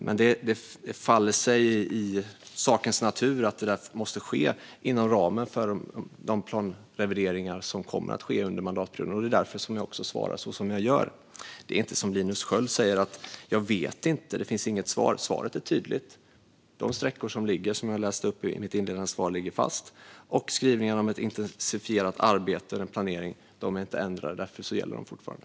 Det ligger i sakens natur att detta måste ske inom ramen för de planrevideringar som kommer att ske under mandatperioden, och det är också därför jag svarar som jag gör. Det är inte, som Linus Sköld säger, så att jag inte vet och att det inte finns något svar. Svaret är tydligt: De sträckor som jag nämnde i mitt inledande svar ligger fast. Skrivningen om intensifierad planering är heller inte ändrad och gäller därför fortfarande.